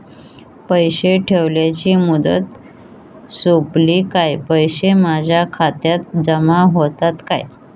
पैसे ठेवल्याची मुदत सोपली काय पैसे माझ्या खात्यात जमा होतात काय?